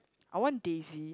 I want daisy